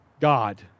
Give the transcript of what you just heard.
God